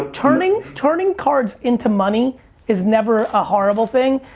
turning turning cards into money is never a horrible thing.